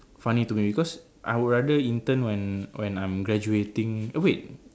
funny to me because I would rather intern when when I am graduating wait